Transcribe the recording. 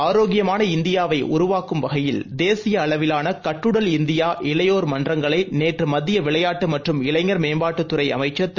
ஆரோக்கியமாள இந்தியாவைஉருவாக்கும் வகையில் தேசியஅளவிலானகட்டுடல் இந்தியா இளையோர் மன்றங்களைநேற்றுமத்தியவிளையாட்டுமற்றும் இளைஞர் மேம்பாட்டுத் துறைஅமைச்சர் திரு